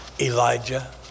Elijah